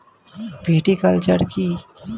Viticulture কী?